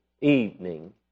evening